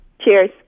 Cheers